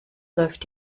läuft